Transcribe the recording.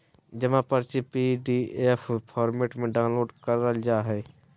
जमा पर्ची PDF format में डाउनलोड करल जा हय